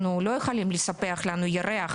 אנחנו לא יכולים לספח לנו ירח,